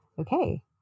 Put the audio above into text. okay